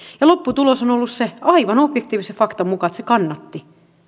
ja lopputulos on on ollut se aivan objektiivisen faktan mukaan että se kannatti